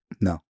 No